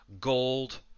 gold